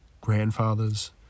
grandfathers